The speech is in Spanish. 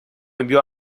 envió